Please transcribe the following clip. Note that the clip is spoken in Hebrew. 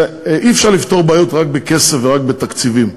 אי-אפשר לפתור בעיות רק בכסף ורק בתקציבים.